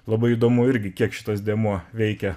labai įdomu irgi kiek šitas dėmuo veikia